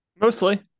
mostly